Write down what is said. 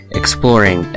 exploring